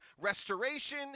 restoration